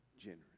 generous